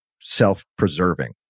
self-preserving